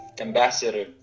ambassador